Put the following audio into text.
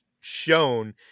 shown